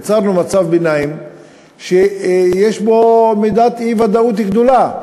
יצרנו מצב ביניים שיש בו מידת אי-ודאות גדולה: